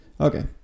okay